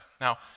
Now